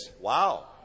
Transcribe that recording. Wow